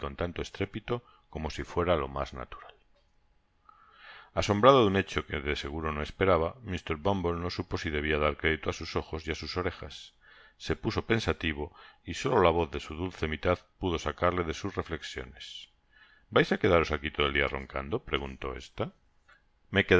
tanto estrépito como si fuera lo mas natural asombrado de un hecho que de seguro no esparaba mr bumble no supo si debia dar crédito á sus ojos y á sus orejas se puso pensativo y solo la voz de su dulce mitad pudo sacarle de sus reilecsiones i vais á quedaros aqui todo el dia roncando preguntó ésta